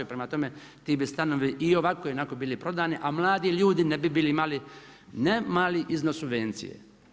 Prema tome, ti bi stanovi i ovako i onako bili prodani, a mladi ljudi ne bi bili imali ne mali iznos subvencije.